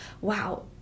wow